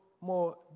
more